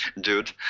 dude